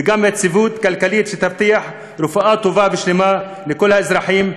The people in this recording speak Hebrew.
וגם יציבות כלכלית שתבטיח רפואה טובה ושלמה לכל האזרחים,